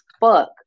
fuck